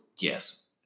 Yes